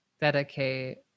dedicate